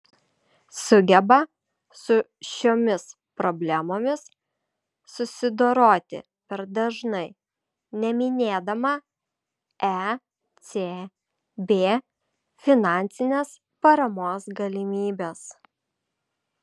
sugeba su šiomis problemomis susidoroti per dažnai neminėdama ecb finansinės paramos galimybės